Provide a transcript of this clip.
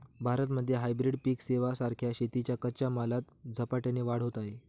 भारतामध्ये हायब्रीड पिक सेवां सारख्या शेतीच्या कच्च्या मालात झपाट्याने वाढ होत आहे